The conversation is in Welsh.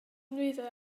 nwyddau